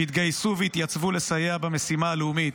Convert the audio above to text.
שהתגייסו והתייצבו לסייע במשימה הלאומית